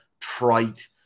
trite